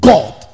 God